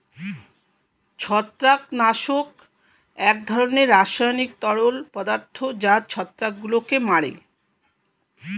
ছত্রাকনাশক এক ধরনের রাসায়নিক তরল পদার্থ যা ছত্রাকগুলোকে মারে